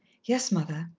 yes, mother.